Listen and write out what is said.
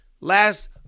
Last